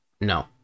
No